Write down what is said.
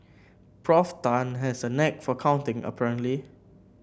Prof Tan has a knack for counting apparently